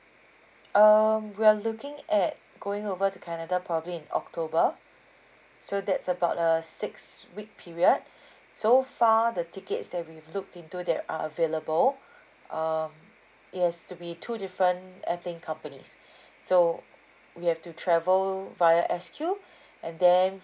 um we are looking at going over to canada probably in october so that's about uh six week period so far the tickets that we've looked into that are available um it has to be two different airplane companies so we have to travel via S_Q and then